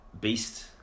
Beast